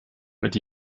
mit